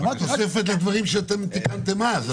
כתוספת לדברים שאתם תיקנתם אז.